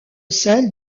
celle